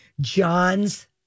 John's